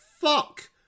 fuck